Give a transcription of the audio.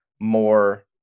more